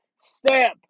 Step